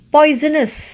Poisonous